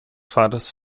vaters